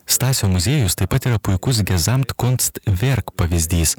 stasio muziejus taip pat yra puikus gezamt konst verk pavyzdys